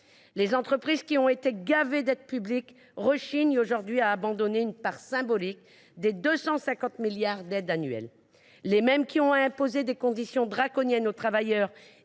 Les entreprises qui ont été gavées d’aides publiques rechignent aujourd’hui à abandonner une part symbolique des 250 milliards d’aides annuelles. Les mêmes qui ont imposé des conditions draconiennes aux travailleurs